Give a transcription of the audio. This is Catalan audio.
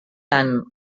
han